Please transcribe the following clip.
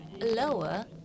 lower